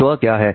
स्व क्या है